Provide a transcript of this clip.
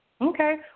Okay